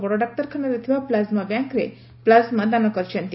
ବଡଡାକ୍ତରଖାନାରେ ଥିବା ପ୍ଲାଜମା ବ୍ୟାଙ୍କରେ ପ୍ଲାଜମା ଦାନ କରିଛନ୍ତି